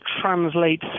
translate